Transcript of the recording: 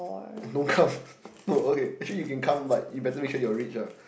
don't come no okay actually you can come but you better make sure you are rich ah